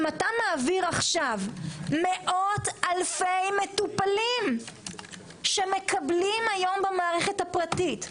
אם אתה מעביר עכשיו מאות אלפי מטופלים שמקבלים היום במערכת הפרטית,